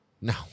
no